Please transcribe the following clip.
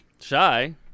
shy